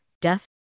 death